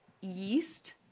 yeast